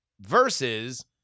versus